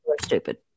stupid